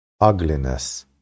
ugliness